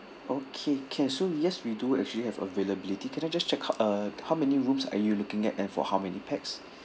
okay can so yes we do actually have availability can I just check how uh how many rooms are you looking at and for how many pax